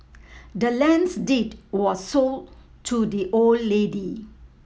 the land's deed was sold to the old lady